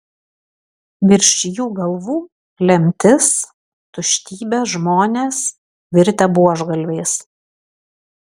virš jų galvų lemtis tuštybė žmonės virtę buožgalviais